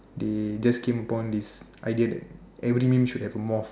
they just came upon this idea that every meme should have a moth